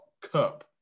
cup